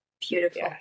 Beautiful